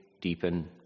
deepen